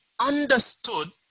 understood